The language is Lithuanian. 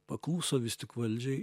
pakluso vis tik valdžiai